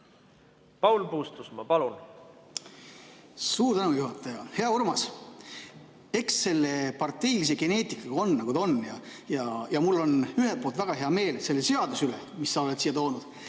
Paul Puustusmaa, palun! Suur tänu, juhataja! Hea Urmas! Eks selle parteilise geneetikaga on, nagu ta on. Mul on ühelt poolt väga hea meel selle seaduse üle, mis sa oled siia toonud,